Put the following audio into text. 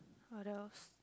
what else